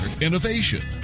Innovation